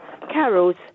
carols